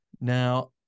Now